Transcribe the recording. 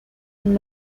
and